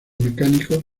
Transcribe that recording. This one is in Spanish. mecánicos